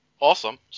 awesome